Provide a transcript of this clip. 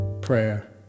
prayer